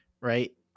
right